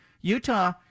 Utah